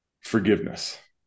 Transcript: forgiveness